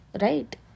right